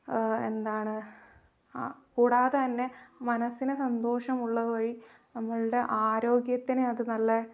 എന്താണ് കൂടാതെ തന്നെ മനസ്സിന് സന്തോഷമുള്ള വഴി നമ്മളുടെ ആരോഗ്യത്തിന് അത് നല്ല